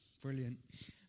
brilliant